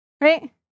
right